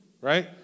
right